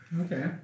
okay